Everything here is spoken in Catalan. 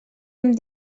hem